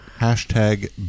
Hashtag